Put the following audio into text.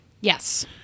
Yes